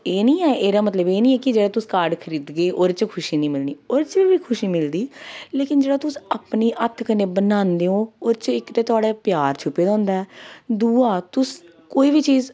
एह् निं ऐ एह्दा मतलब एह् निं ऐ जेह्ड़ा तुस कार्ड खरीदगे ओह्दे च खुशी निं मिलनी ओह्दे च बी खुशी मिलदी लेकिन जेह्ड़ा तुस अपने हत्थ कन्नै बनांदे ओ ओह्दे च इक ते थुआढ़ा प्यार छुप्पे दा होंदा ऐ दूआ तुस कोई बी चीज़